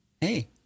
Hey